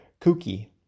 kooky